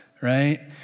right